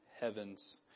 heavens